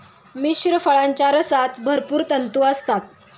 मिश्र फळांच्या रसात भरपूर तंतू असतात